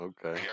Okay